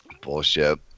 Bullshit